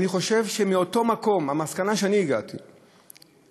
המסקנה שאני הגעתי אליה,